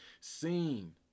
Seen